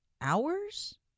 hours